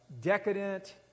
decadent